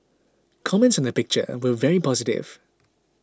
comments on the picture were very positive